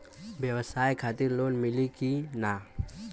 ब्यवसाय खातिर लोन मिली कि ना?